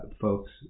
folks